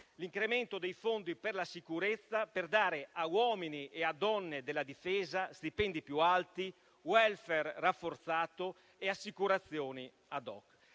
l'incremento dei fondi per la sicurezza, per dare agli uomini e alle donne della difesa stipendi più alti, *welfare* rafforzato e assicurazioni *ad hoc*.